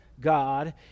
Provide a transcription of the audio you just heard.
god